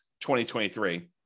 2023